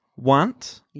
Want